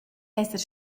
esser